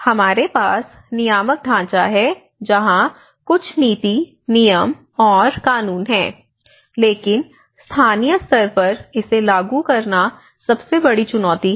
हमारे पास नियामक ढांचा है जहां कुछ नीति नियम और कानून हैं लेकिन स्थानीय स्तर पर इसे लागू करना सबसे बड़ी चुनौती है